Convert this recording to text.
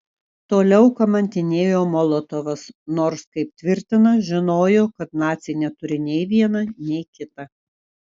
toliau kamantinėjo molotovas nors kaip tvirtina žinojo kad naciai neturi nei viena nei kita